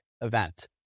event